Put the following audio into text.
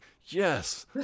yes